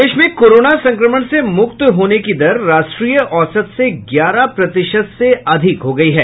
प्रदेश में कोरोना संक्रमण से मुक्त होने की दर राष्ट्रीय औसत से ग्यारह प्रतिशत से अधिक हो गई है